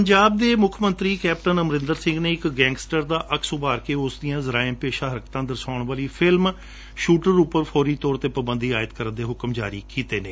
ਪੰਜਾਬ ਦੇ ਮੁੱਖ ਮੰਤਰੀ ਕੈਪਟਨ ਅਮਰਿੰਦਰ ਸਿੰਘ ਨੇ ਇਕ ਗੈਂਗਸਟਰ ਦਾ ਅਕਸ ਉਭਾਰ ਕੇ ਉਸ ਦੀਆਂ ਜਰਾਇਮ ਪੇਸ਼ਾ ਹਰਕਤਾਂ ਦਰਸਾਉਣ ਵਾਲੀ ਇਕ ਫਿਲਮ 'ਸੁਟਰ ਉਪਰ ਫੌਰੀ ਤੌਰ ਤੇ ਪਾਬੰਦੀ ਆਏਦ ਕਰਣ ਦੇ ਹੁਕਮ ਜਾਰੀ ਕੀਤੇ ਨੇ